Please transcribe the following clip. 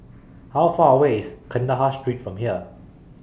How Far away IS Kandahar Street from here